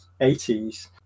80s